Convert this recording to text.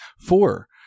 Four